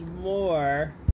more